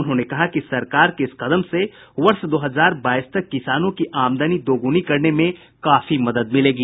उन्होंने कहा कि सरकार के इस कदम से वर्ष दो हजार बाईस तक किसानों की आमदनी दोगुनी करने में काफी मदद मिलेगी